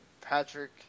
Patrick